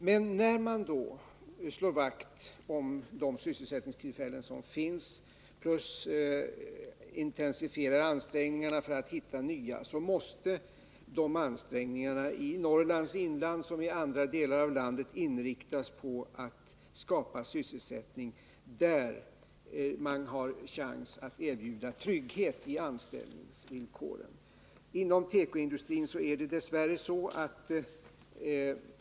Men när man då slår vakt om de sysselsättningstillfällen som finns och intensifierar ansträngningarna att hitta nya, måste de ansträngningarna i Norrlands inland, som i alla andra delar av landet, inriktas på att skapa sådan sysselsättning där man har chans att erbjuda trygghet i anställningen. Inom tekoindustrin är problemen dess värre stora.